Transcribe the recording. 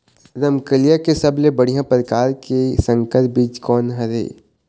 रमकलिया के सबले बढ़िया परकार के संकर बीज कोन हर ये?